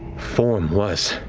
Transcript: form, was.